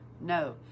No